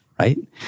Right